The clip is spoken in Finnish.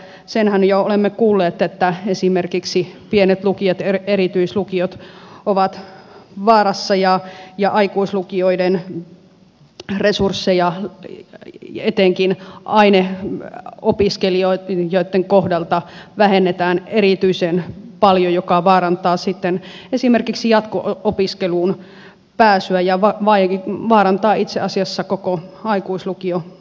senhän olemme jo kuulleet että esimerkiksi pienet lukiot erityislukiot ovat vaarassa ja aikuislukioiden resursseja etenkin aineopiskelijoitten kohdalta vähennetään erityisen paljon mikä vaarantaa sitten esimerkiksi jatko opiskeluun pääsyä ja itse asiassa koko aikuislukiotoiminnan